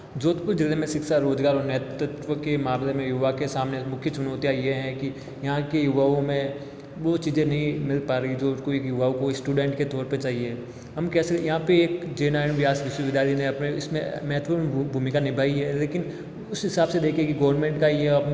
जोधपुर ज़िले में शिक्षा रोज़गार और नेतृत्व के मामले में युवा के सामने मुख्य चुनौतियां ये हैं कि यहाँ के युवाओं में वो चीज़ें नहीं मिल पा रहीं जो उसको एक युवाओं को स्टूडेंट के तौर पे चाहिए हम कैसे यहाँ पे एक जय नारायण व्यास विश्वविद्यालय ने अपने इसमें महत्वपूर्ण भूमिका निभाई है लेकिन उस हिसाब से देखें की गोरमेंट का ये